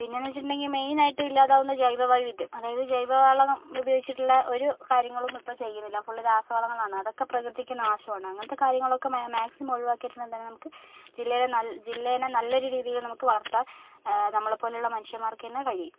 പിന്നേന്ന് വെച്ചിട്ടുണ്ടെങ്കിൽ മെയിൻ ആയിട്ട് ഇല്ലാതാകുന്നത് ജൈവ വൈവിധ്യം അതായത് ജൈവവളം ഉപയോഗിച്ചിട്ടുള്ള ഒരു കാര്യങ്ങളും ഇപ്പോൾ ചെയ്യുന്നില്ല ഫുൾ രാസവളങ്ങളാണ് അതൊക്കേ പ്രകൃതിക്ക് നാശമാണ് അങ്ങനത്തേ കാര്യങ്ങളൊക്കേ മെ മാക്സിമം ഒഴിവാക്കിയിട്ടുണ്ടെങ്കിൽ തന്നേ നമുക്ക് ജില്ലയിൽ നല്ല ജില്ലേനേ നല്ലൊരു രീതിയിൽ നമുക്ക് വളർത്താം നമ്മളെ പോലെയുള്ള മനുഷ്യന്മാർക്ക് തന്നെ കഴിയും